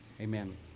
Amen